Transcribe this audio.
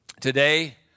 today